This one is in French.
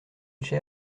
qu’il